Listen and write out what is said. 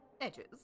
edges